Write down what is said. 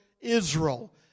Israel